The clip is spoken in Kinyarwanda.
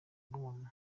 bw’umuntu